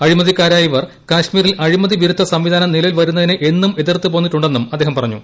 അഴിമതിക്കാരായ ഇവർ കാശ്മീരിൽ അഴിമതി വിരുദ്ധ സംവിധാനം നിലവിൽ ്വരുന്നതിനെ എന്നും എതിർത്ത് പോന്നിട്ടുണ്ടെന്നും അദ്ദേഹം പറഞ്ഞു